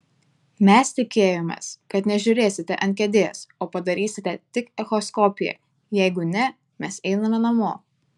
mes tikėjomės kad nežiūrėsite ant kėdės o padarysite tik echoskopiją jeigu ne mes einame namo